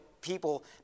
people